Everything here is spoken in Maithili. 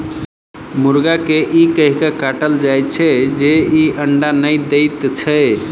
मुर्गा के ई कहि क काटल जाइत छै जे ई अंडा नै दैत छै